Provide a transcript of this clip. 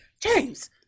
James